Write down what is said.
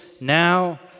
now